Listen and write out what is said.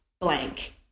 blank